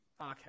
Okay